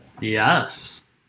Yes